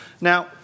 Now